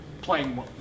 playing